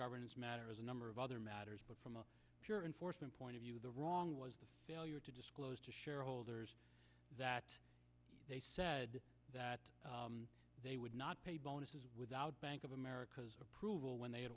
governance matter as a number of other matters but from a pure enforcement point of view the wrong was the failure to disclose to shareholders that they said that they would not pay bonuses without bank of america's approval when they had